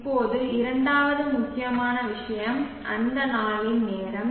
இப்போது இரண்டாவது முக்கியமான விஷயம் அந்த நாளின் நேரம்